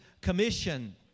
Commission